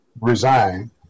resign